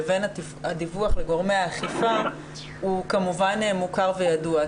לבין הדיווח לגורמי האכיפה הוא כמובן מוכר וידוע.